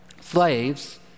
Slaves